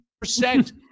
percent